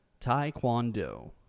Taekwondo